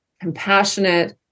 compassionate